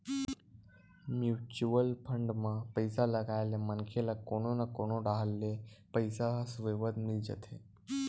mutual fund म पइसा लगाए ले मनखे ल कोनो न कोनो डाहर ले पइसा ह सुबेवत मिल जाथे